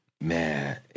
man